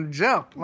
jump